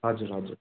हजुर हजुर